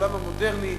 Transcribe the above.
העולם המודרני.